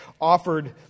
offered